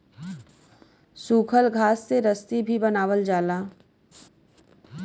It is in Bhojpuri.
सूखल घास से रस्सी भी बनावल जाला